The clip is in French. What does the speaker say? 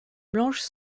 blanches